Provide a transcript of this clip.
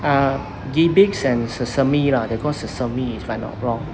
ah GEBIZ and SESAMI lah they call SESAMI if I not wrong